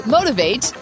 Motivate